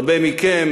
הרבה מכם,